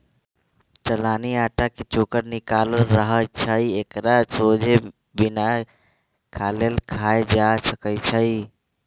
चलानि अटा के चोकर निकालल रहै छइ एकरा सोझे बिना चालले खायल जा सकै छइ